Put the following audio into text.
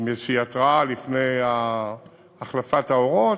איזו התראה לפני החלפת האורות.